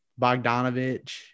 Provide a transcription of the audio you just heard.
Bogdanovich